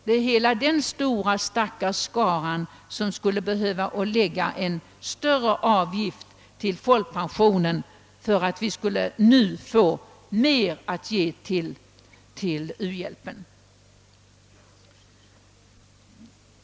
Det är hela denna stora skara som skulle behöva lägga en större avgift till folkpensionen för att vi nu skulle få mer att ge till u-hjälpen.